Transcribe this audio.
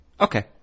Okay